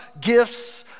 gifts